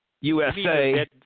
USA